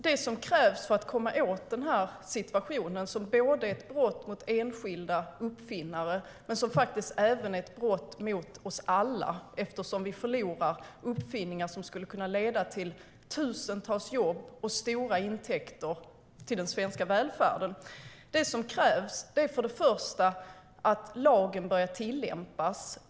Denna situation är ett brott både mot enskilda uppfinnare och mot oss alla, eftersom vi förlorar uppfinningar som skulle kunna leda till tusentals jobb och stora intäkter till den svenska välfärden. Det som krävs för att komma åt detta är främst att lagen börjar tillämpas.